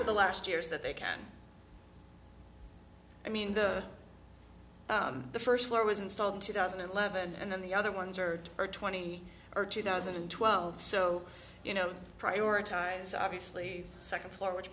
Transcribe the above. for the last years that they can i mean the first floor was installed in two thousand and eleven and then the other ones are or twenty or two thousand and twelve so you know prioritize obviously second floor which